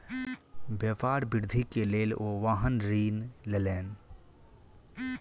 व्यापार वृद्धि के लेल ओ वाहन ऋण लेलैन